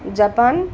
Japan